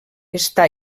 està